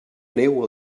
neu